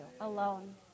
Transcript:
alone